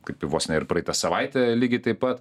kaip ir vos ne ir praeitą savaitę lygiai taip pat